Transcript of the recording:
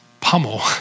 pummel